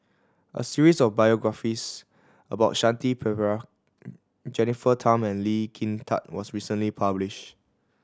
a series of biographies about Shanti Pereira Jennifer Tham and Lee Kin Tat was recently published